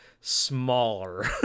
Smaller